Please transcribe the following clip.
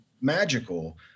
magical